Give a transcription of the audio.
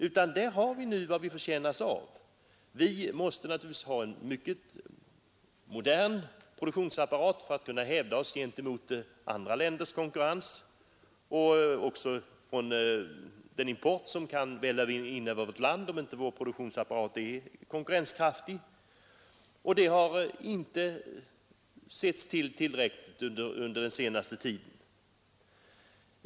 Därför har vi det nu så som vi förtjänar. Vi måste ha en modern produktionsapparat för att kunna hävda oss i konkurrensen med andra länder och mot den import som kan välla in över vårt land om vår konkurrenskraft inte är tillräckligt stark. Detta har inte beaktats tillräckligt under den senaste tiden.